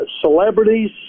celebrities